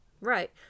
Right